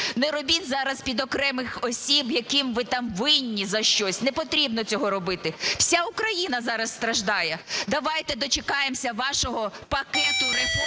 Не робіть зараз під окремих осіб, яким ви там винні за щось. Не потрібно цього робити. Вся Україна зараз страждає. Давайте дочекаємося вашого пакету реформ